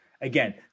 Again